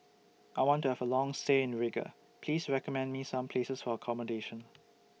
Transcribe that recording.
I want to Have A Long stay in Riga Please recommend Me Some Places For accommodation